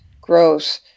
growth